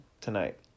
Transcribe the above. tonight